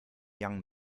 young